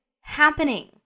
happening